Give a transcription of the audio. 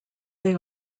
they